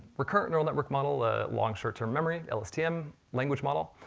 recurrent neural network model, a long, short-term memory, lstm language model,